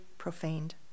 Profaned